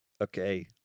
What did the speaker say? okay